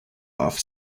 off